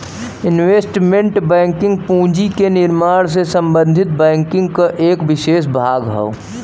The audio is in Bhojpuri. इन्वेस्टमेंट बैंकिंग पूंजी के निर्माण से संबंधित बैंकिंग क एक विसेष भाग हौ